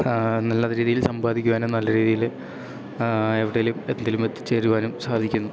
നല്ല രീതിയിൽ സമ്പാദിക്കുവാനും നല്ല രീതിയിൽ എവിടെയെങ്കിലും എന്തിലും എത്തിച്ചേരുവാനും സാധിക്കുന്നു